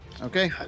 Okay